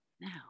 now